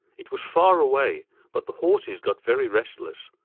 it was far away but the horses got very restless,